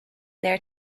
their